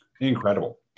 Incredible